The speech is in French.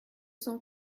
cent